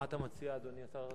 מה אתה מציע, אדוני השר?